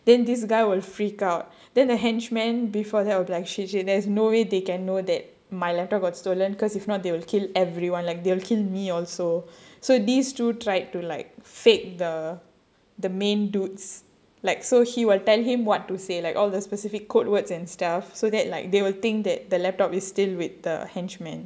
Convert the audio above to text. then this guy will freak out then a henchman before that will be like shit shit there's no way they can know that my laptop got stolen because if not they will kill everyone like they'll kill me also so these two to tried to like fake the the main dude's like so he will tell him what to say like all the specific code words and stuff so that like they will think that the laptop is still with the henchmen